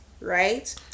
right